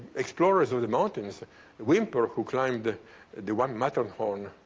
explorers of the mountains whymper, who climbed the the one matterhorn,